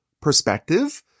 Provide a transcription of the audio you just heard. perspective